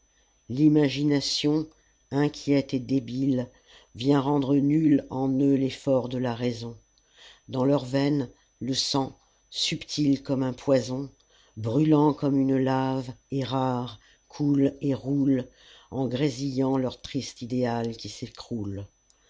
l'imagination inquiète et débile vient rendre nul en eux l'effort de la raison dans leurs veines le sang subtil comme un poison brûlant comme une lave et rare coule et roule en grésillant leur triste idéal qui s'écroule